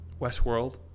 Westworld